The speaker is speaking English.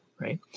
right